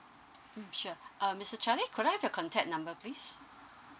mm sure uh mister charlie could I have your contact number please